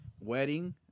Wedding